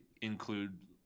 include